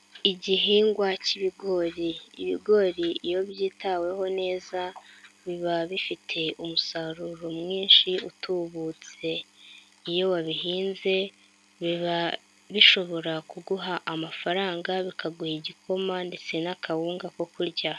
,gihingwa cy'ibigori, ibigori iyo byitaweho neza biba bifite umusaruro mwinshi utubutse, iyo wabihinze biba bishobora kuguha amafaranga, bikaguha igikoma ,ndetse n'akawunga ko kurya.